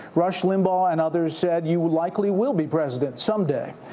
rush limbaugh and others said you likely will be president some day.